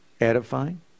Edifying